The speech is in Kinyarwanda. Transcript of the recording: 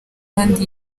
kandi